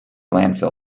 landfill